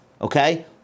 okay